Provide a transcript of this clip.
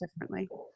differently